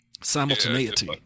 simultaneity